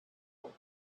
right